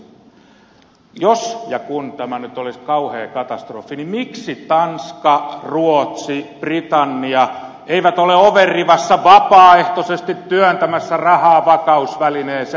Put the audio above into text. sitten arvoisa puhemies jos ja kun tämä nyt olisi kauhea katastrofi niin miksi tanska ruotsi britannia eivät ole ovenrivassa vapaaehtoisesti työntämässä rahaa vakausvälineeseen